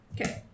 Okay